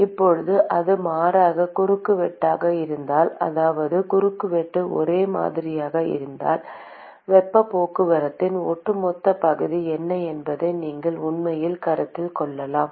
இப்போது அது மாறாத குறுக்குவெட்டாக இருந்தால் அதாவது குறுக்குவெட்டு ஒரே மாதிரியாக இருந்தால் வெப்பப் போக்குவரத்தின் ஒட்டுமொத்த பகுதி என்ன என்பதை நீங்கள் உண்மையில் கருத்தில் கொள்ளலாம்